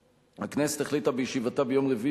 הכנסת החליטה בישיבתה ביום רביעי,